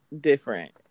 different